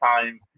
time